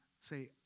say